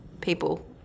people